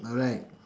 alright